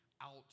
out